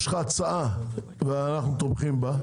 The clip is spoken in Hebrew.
יש לך הצעה ואנו תומכים בה.